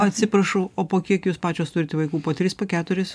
atsiprašau o po kiek jūs pačios turite vaikų po tris po keturis